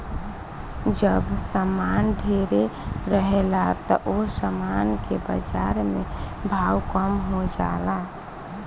जब सामान ढेरे रहेला त ओह सामान के बाजार में भाव कम हो जाला